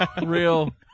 Real